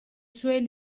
suoi